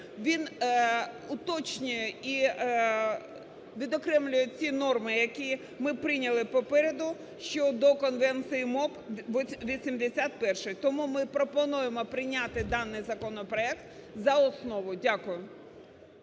Він уточнює і відокремлює ці норми, які ми прийняли попереду, щодо Конвенції МОП 81-ї. Тому ми пропонуємо прийняти даний законопроект за основу. Дякую.